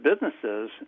businesses